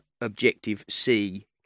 Objective-C